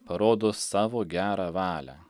parodo savo gerą valią